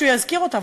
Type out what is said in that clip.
שהוא יזכיר אותה,